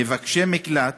מבקשי מקלט